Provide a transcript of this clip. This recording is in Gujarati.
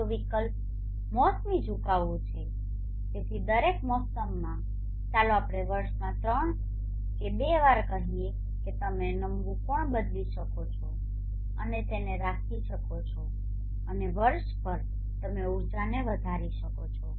બીજો વિકલ્પ મોસમી ઝુકાવવું છે તેથી દરેક મોસમમાં ચાલો આપણે વર્ષમાં ત્રણ કે બે વાર કહીએ કે તમે નમવું કોણ બદલી શકો છો અને તેને રાખી શકો છો અને વર્ષભર તમે ઉર્જાને વધારી શકો છો